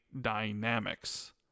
dynamics